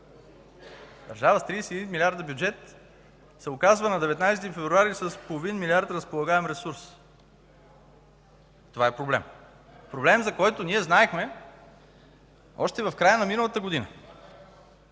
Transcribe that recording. Държава с 31 милиарда бюджет се оказва на 19 февруари с половин милиард разполагаем ресурс! Това е проблем, проблем, за който знаехме още в края на миналата година.